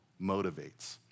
motivates